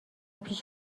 پیش